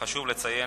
חשוב לציין